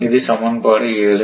இது சமன்பாடு 7